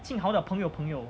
jing hao 的朋友朋友